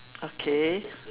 okay